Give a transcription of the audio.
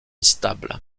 stable